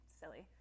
silly